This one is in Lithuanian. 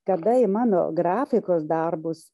kada į mano grafikos darbus